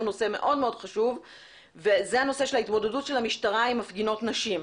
נושא מאוד מאוד חשוב עם מפגינות נשים.